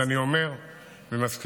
ואני אומר ומסכים,